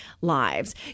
lives